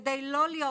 כדי לא להיות